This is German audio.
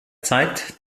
zeigt